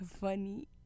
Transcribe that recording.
funny